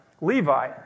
Levi